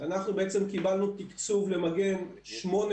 אנחנו קיבלנו תקצוב למגן שמונה